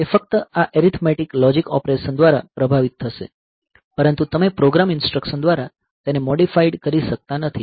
તે ફક્ત આ એરિથમેટિક લોજીક ઓપરેશન દ્વારા પ્રભાવિત થશે પરંતુ તમે પ્રોગ્રામ ઇન્સટ્રકશન દ્વારા તેને મોડીફાઇડ કરી શકતા નથી